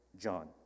John